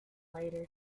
later